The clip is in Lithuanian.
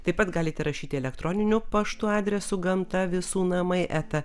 taip pat galite rašyti elektroninio pašto adresu gamta visų namai eta